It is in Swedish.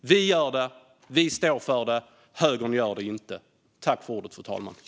Vi gör det. Vi står för det. Högern gör det inte. Jag yrkar bifall till reservation 1.